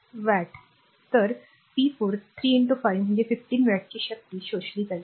तर p 4 3 5 म्हणजे 15 वॅटची शक्ती शोषली जाईल